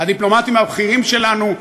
הדיפלומטים הבכירים שלנו,